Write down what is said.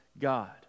God